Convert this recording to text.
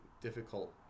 difficult